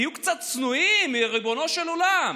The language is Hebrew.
תהיו קצת צנועים, יא ריבונו של עולם.